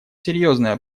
серьезная